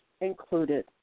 included